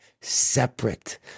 Separate